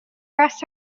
rest